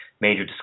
major